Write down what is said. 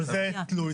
אבל זה תלוי תכנון.